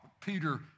Peter